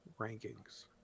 rankings